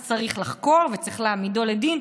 אז צריך לחקור וצריך להעמידו לדין,